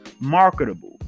marketable